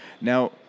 Now